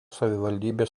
savivaldybės